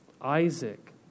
Isaac